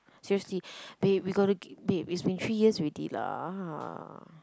seriously babe we gotta babe it's have been three years already lah